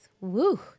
woo